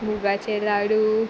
मुगाचेर लाडू